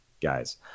guys